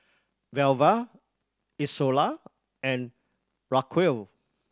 Velva Izola and Raquel